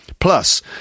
Plus